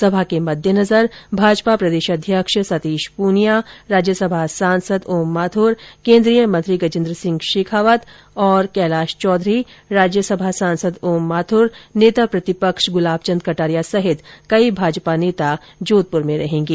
सभा के मद्देनजर भाजपा प्रदेश अध्यक्ष सतीश पूनिया राज्यसभा सांसद ओम माथुर केन्द्रीय मंत्री गजेन्द्र सिंह शेखावत और कैलाश चौधरी राज्यसभा सांसद ओम माथुर नेता प्रतिपक्ष गुलाबचंद कटारिया सहित कई भाजपा नेता भी जोधपुर में रहेंगे